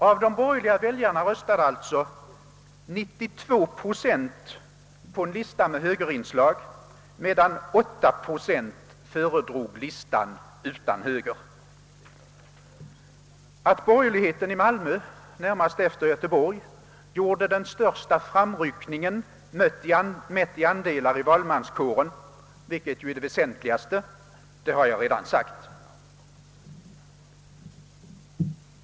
Av de borgerliga väljarna röstade alltså 92 procent på en lista med högerinslag, medan 8 procent föredrog listan utan högern. Att borgerligheten i Malmö närmast efter den i Göteborg gjorde den största framryckningen mätt i andel av valmanskåren, vilket ju är det väsentligaste, har jag redan sagt.